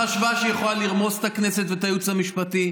היא חשבה שהיא יכולה לרמוס את הכנסת ואת הייעוץ המשפטי.